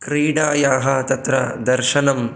क्रीडायाः तत्र दर्शनं